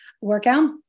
workout